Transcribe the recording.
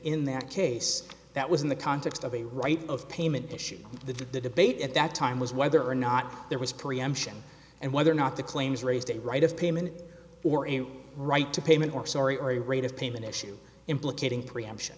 in that case that was in the context of a right of payment issue that the debate at that time was whether or not there was preemption and whether or not the claims raised a right of payment or a right to payment or sorry or a rate of payment issue implicating preemption